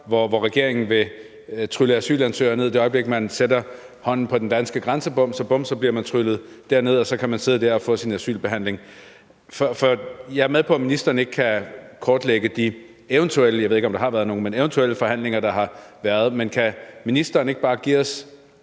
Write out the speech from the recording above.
hvor regeringen vil trylle asylansøgere ned. Det øjeblik, man sætter hånden på den danske grænsebom, bliver man tryllet derned, og så kan man sidde der og få foretaget sin asylbehandling. Jeg er med på, at ministeren ikke kan kortlægge de eventuelle forhandlinger, der har været – jeg ved ikke, om